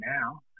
now